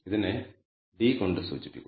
ഇതിനെ D കൊണ്ട് സൂചിപ്പിക്കുന്നു